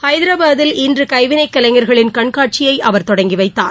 ஹைதராபாத்தில் இன்று கைவினைக் கலைஞர்களின் கண்காட்சியை அவர் தொடங்கி வைத்தார்